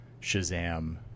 shazam